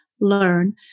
learn